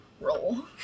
roll